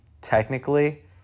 technically